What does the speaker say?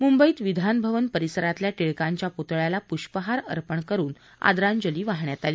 मुंबईत विधान भवन परिसरातल्या टिळकांच्या पुतळ्याला पुष्पहार अर्पण करुन आदरांजली वाहण्यात आली